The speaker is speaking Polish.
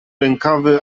rękawy